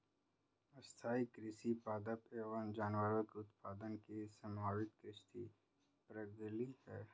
स्थाईं कृषि पादप एवं जानवरों के उत्पादन की समन्वित कृषि प्रणाली है